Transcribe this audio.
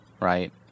right